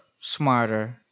smarter